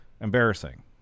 embarrassing